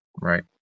Right